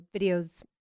videos